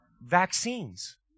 vaccines